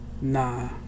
Nah